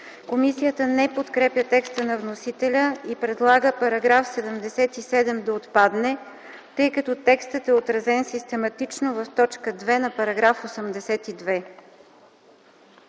Комисията не подкрепя текста на вносителя и предлага § 77 да отпадне, тъй като текстът е отразен систематично в т. 2 на § 82.